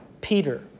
Peter